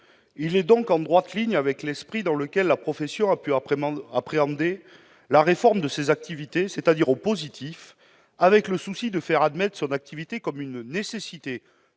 donc dans la droite ligne de l'esprit dans lequel la profession a pu appréhender la réforme de ses activités, c'est-à-dire positivement, avec le souci de faire admette son activité comme une nécessité